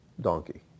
donkey